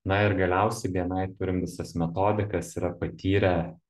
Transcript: na ir galiausiai bni turim visas metodikas yra patyrę